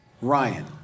Ryan